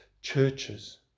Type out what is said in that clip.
churches